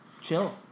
chill